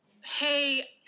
hey